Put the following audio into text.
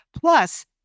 plus